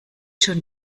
schon